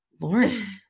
Lawrence